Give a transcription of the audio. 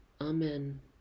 amen